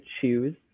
choose